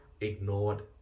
ignored